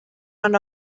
man